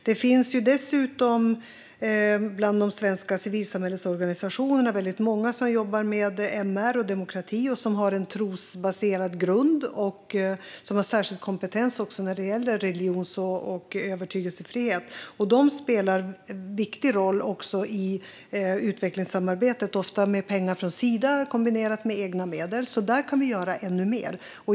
Det finns dessutom svenska civilsamhällesorganisationer som jobbar med MR och demokrati och som har en trosbaserad grund och särskild kompetens vad gäller religions och övertygelsefrihet. Dessa spelar en viktig roll också i utvecklingssamarbetet, ofta med pengar från Sida kombinerat med egna medel, och här kan vi göra ännu mer.